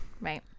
Right